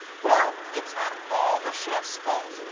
well, it's not all the chefs' fault.